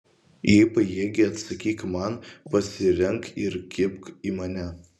jei pajėgi atsakyk man pasirenk ir kibk į mane